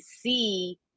see